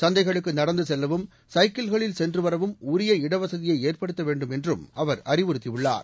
சந்தைகளுக்கு நடந்து செல்லவும் சைக்கிள்களில் சென்று வரவும் உரிய இடவசதியை ஏற்படுத்த வேண்டும் என்றும் அவர் அறிவுறுத்தியுள்ளார்